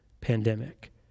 pandemic